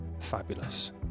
fabulous